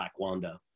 Taekwondo